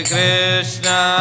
Krishna